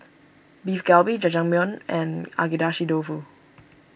Beef Galbi Jajangmyeon and Agedashi Dofu